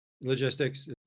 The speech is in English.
logistics